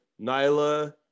Nyla